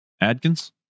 Adkins